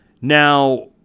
Now